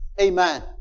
Amen